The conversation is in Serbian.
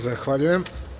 Zahvaljujem.